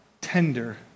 tender